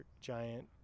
giant